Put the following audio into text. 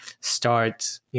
start